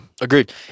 agreed